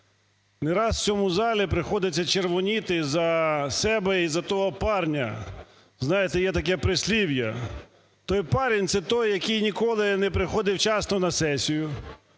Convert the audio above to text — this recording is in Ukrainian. не раз в цьому залі приходиться червоніти за себе і за того парня, знаєте, є таке прислів'я, той парень – це той, який ніколи не приходив вчасно на сесію,